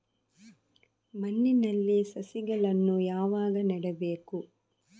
ಮಣ್ಣಿನಲ್ಲಿ ಸಸಿಗಳನ್ನು ಯಾವಾಗ ನೆಡಬೇಕು?